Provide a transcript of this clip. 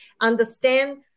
Understand